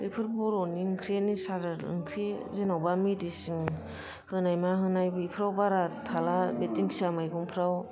बेफोर बर'नि ओंख्रि नेसारेल ओंख्रि जेन'बा मेडिसिन होनाय मा होनाय बेफ्राव बारा थाला बे दिंखिया मैगंफ्राव